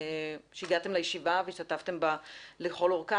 שהגעתם לישיבה והשתתפתם בה לכל אורכה,